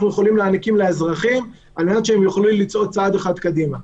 יכולים להעניק לאזרחים על מנת שהם יוכלו לצעוד צעד אחד קדימה.